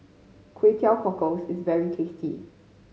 Kway Teow Cockles is very tasty